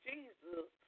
Jesus